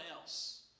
else